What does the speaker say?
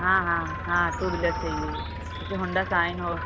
हाँ हाँ हाँ टू वीलर चाहिए जैसे होंडा साइन हो